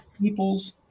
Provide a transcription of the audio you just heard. people's